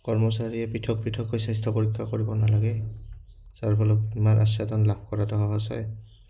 কৰ্মচাৰীয়ে পৃথক পৃথকৈ স্বাস্থ্য পৰীক্ষা কৰিব নালাগে যাৰ ফলত বীমাৰ আচ্চাদন লাভ কৰাটো সহজ হয়